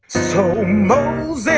so moses